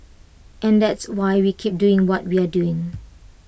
and that's why we keep doing what we're doing